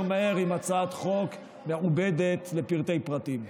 מהר עם הצעת חוק מעובדת לפרטי פרטים.